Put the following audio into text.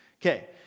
Okay